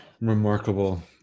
remarkable